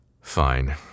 fine